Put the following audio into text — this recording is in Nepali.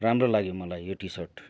राम्रो लाग्यो मलाई यो टिसर्ट